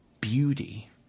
beauty